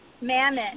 mammon